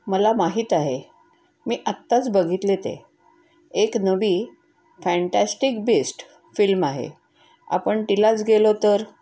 मला माहीत आहे मी आताच बघितले ते एक नवी फॅन्टॅस्टिक बिस्ट फिल्म आहे आपण तिलाच गेलो तर